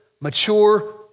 mature